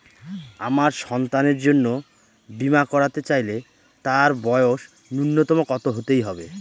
আমার সন্তানের জন্য বীমা করাতে চাইলে তার বয়স ন্যুনতম কত হতেই হবে?